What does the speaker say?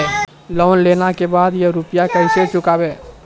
Loan लेला के बाद या रुपिया केसे चुकायाबो?